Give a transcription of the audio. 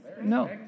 No